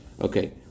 Okay